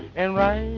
and